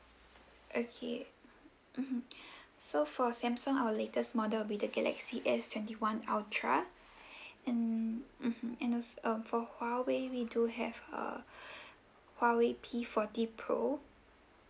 okay mmhmm so for samsung our latest model will be the galaxy S twenty one ultra and mmhmm and als~ um for huawei we do have err huawei P forty pro